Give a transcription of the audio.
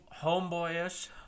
homeboyish